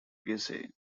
gussie